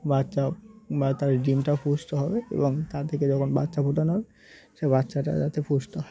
বাচ্চা বা তার ডিমটাও পুষ্ট হবে এবং তা থেকে যখন বাচ্চা ফোটানো হবে সে বাচ্চাটা যাতে পুষ্ট হয়